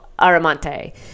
Aramante